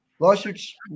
lawsuits